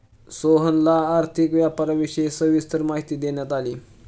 सोहनला आर्थिक व्यापाराविषयी सविस्तर माहिती देण्यात आली